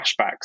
flashbacks